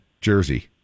Jersey